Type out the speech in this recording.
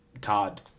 Todd